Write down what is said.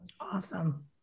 Awesome